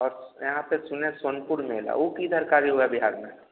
और यहाँ पर सुने संतुर मेला वह किधर का जो है बिहार में